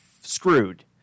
screwed